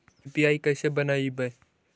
UPI कैसे बनइबै?